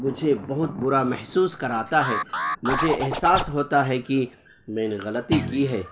مجھے بہت برا محسوس کراتا ہے مجھے احساس ہوتا ہے کہ میں نے غلطی کی ہے